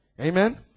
Amen